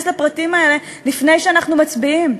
לפרטים האלה לפני שאנחנו מצביעים?